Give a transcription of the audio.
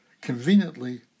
conveniently